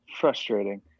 frustrating